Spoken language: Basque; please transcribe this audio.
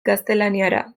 gaztelaniara